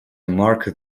mark